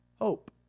hope